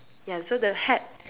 ya so the hat